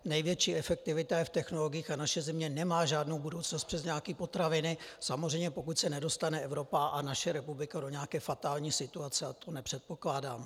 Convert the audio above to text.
Největší efektivita je v technologiích a naše země nemá žádnou budoucnost přes nějaké potraviny, samozřejmě pokud se nedostane Evropa a naše republika do nějaké fatální situace, a to nepředpokládám.